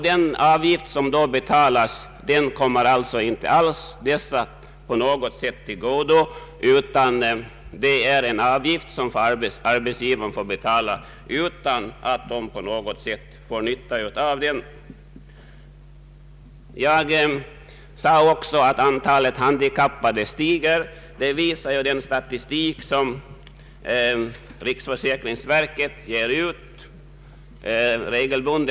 De avgifter som betalas för dessa kommer inte alls dem till godo. Det är en avgift som arbetsgivaren får betala utan att de förtidspensionerade på något sätt får nytta av den. Jag sade också att antalet handikappade stiger. Detta visar den statistik som riksförsäkringsverket ger ut varje månad.